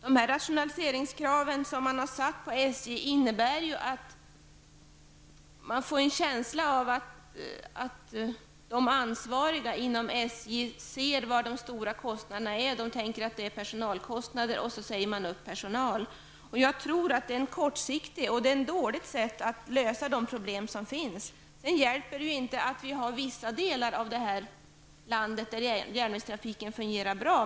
De rationaliseringskrav som man har satt på SJ innebär ju att man får en känsla av att de ansvariga inom SJ frågar sig: Var är de stora kostnaderna? Man tänker att det är personalkostnader och man säger upp personal. Jag tror att det är en kortsiktig och dålig lösning. Det hjälper inte att vissa delar av detta land har järnvägstrafik som fungerar bra.